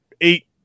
eight